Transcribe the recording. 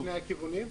בשני הכיוונים?